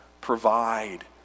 provide